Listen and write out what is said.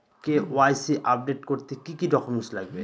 KYC update করতে কি কি ডকুমেন্টস লাগবে?